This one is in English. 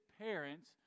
parents